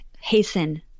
hasten